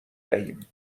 دهیم